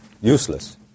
Useless